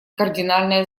кардинальное